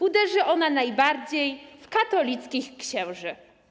Uderzy ona najbardziej w katolickich księży.